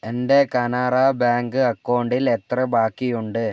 എൻ്റെ കാനറ ബാങ്ക് അക്കൗണ്ടിൽ എത്ര ബാക്കിയുണ്ട്